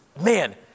man